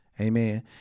Amen